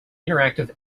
interactive